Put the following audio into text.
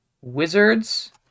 wizards